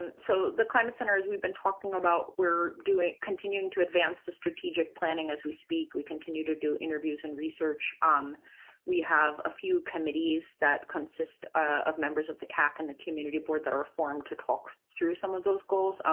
and so the climate centers we've been talking about, we're continuing to advance the strategic planning as we speak. we continue to do interviews and research. um we have a few committees that consist of members of the cac and the community board that are formed to talk through some of those goals.